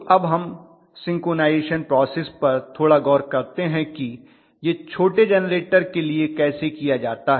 तो अब हम सिंक्रोनाइज़ेशन प्रॉसेस पर थोड़ा गौर करते हैं कि यह छोटे जेनरेटर के लिए कैसे किया जाता है